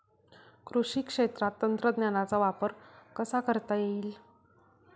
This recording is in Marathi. कृषी क्षेत्रात तंत्रज्ञानाचा वापर कसा करता येईल?